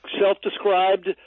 self-described